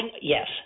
yes